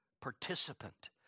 participant